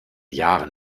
jahren